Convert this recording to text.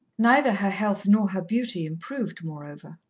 neither her health nor her beauty improved, moreover.